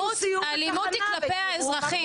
אבל האלימות, יוראי, האלימות היא כלפי האזרחים.